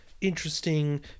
interesting